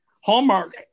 Hallmark